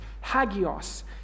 hagios